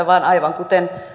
vaan aivan kuten